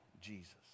Jesus